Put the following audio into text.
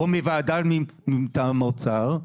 -- או מוועדה מטעם האוצר,